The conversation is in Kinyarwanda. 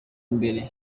imbere